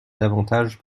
davantage